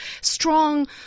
strong